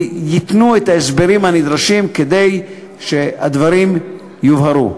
ייתנו את ההסברים הנדרשים כדי שהדברים יובהרו.